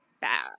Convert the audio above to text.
bad